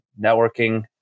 networking